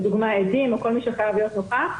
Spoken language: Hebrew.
לדוגמה עדים או כל מי שחייב להיות נוכח.